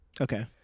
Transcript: Okay